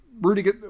Rudy